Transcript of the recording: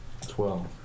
twelve